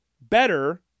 better